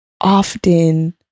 often